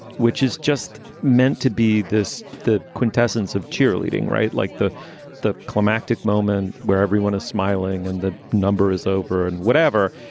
which is just meant to be this the quintessence of cheerleading. right. like the the climactic moment where everyone is smiling and the number is over and whatever.